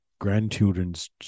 grandchildren's